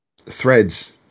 threads